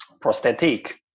prosthetic